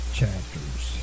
chapters